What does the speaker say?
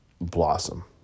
blossom